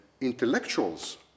Intellectuals